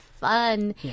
fun